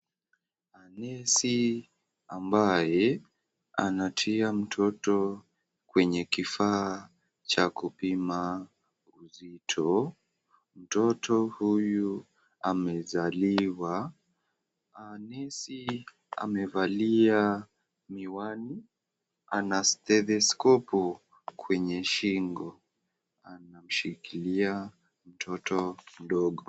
Nesi ambaye anatia mtoto kwenye kifaa cha kupima joto. Mtoto huyu amezaliwa na nesi amevalia miwani ana stethescope kwenye shingo, anamshikilia mtoto mdogo.